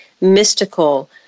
mystical